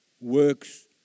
works